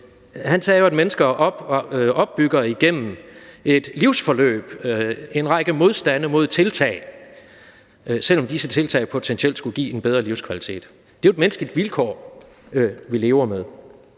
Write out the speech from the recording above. Kristus, at mennesker igennem et livsforløb opbygger en række modstande mod tiltag, selv om disse tiltag potentielt skulle give en bedre livskvalitet. Det er jo et menneskeligt vilkår, vi lever med,